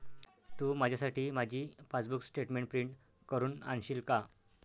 तू माझ्यासाठी माझी passbook statement print करून आणशील का?